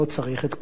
לא צריך את כולן.